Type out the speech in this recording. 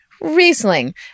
Riesling